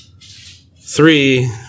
Three